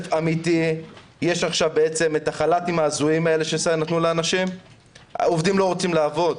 יש את החל"ת ההזוי שנתנו לאנשים ועובדים לא רוצים לעבוד.